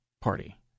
party